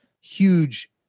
huge